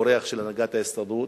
בא כאורח של הנהגת ההסתדרות,